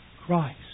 Christ